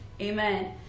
Amen